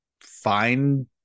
find